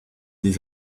des